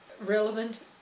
relevant